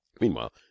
Meanwhile